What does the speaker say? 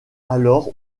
alors